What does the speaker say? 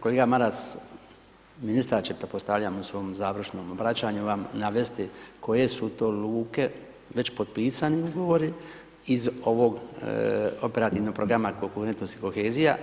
Kolega Maras, ministar će pretpostavljam u svom završnom obraćanju vam navesti koje su to luke već potpisani ugovori iz ovog operativnog programa konkurentnosti i kohezija